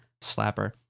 slapper